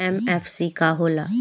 MFC का होला?